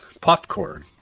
Popcorn